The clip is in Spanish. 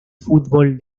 fútbol